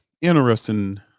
interesting